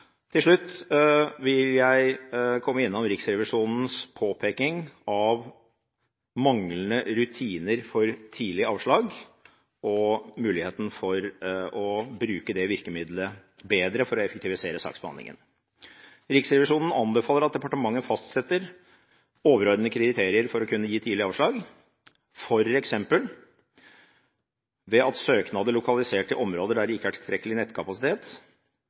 Til slutt vil jeg komme innom Riksrevisjonens påpeking av manglende rutiner for tidlig avslag og muligheten for å bruke det virkemiddelet bedre for å effektivisere saksbehandlingen. Riksrevisjonen anbefaler at departementet fastsetter overordnede kriterier for å kunne gi tidlig avslag, f.eks. ved at søknader lokalisert til områder der det ikke er tilstrekkelig nettkapasitet,